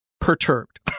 perturbed